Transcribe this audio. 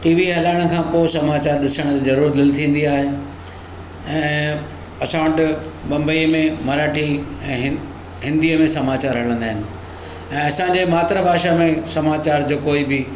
T V हलाइण खां पोइ समाचारु ॾिसण ज़रूरु दिलि थींदी आहे ऐं असां वटि बंबई में मराठी ऐं हिं हिंदीअ में समाचार हलंदा आहिनि ऐं असांजे मातृभाषा में समाचारु हुजे को बि